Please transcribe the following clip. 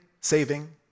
saving